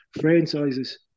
franchises